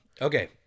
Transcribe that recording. Okay